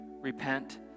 repent